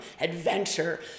adventure